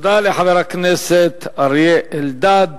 תודה לחבר הכנסת אלדד.